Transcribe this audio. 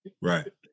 Right